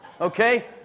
Okay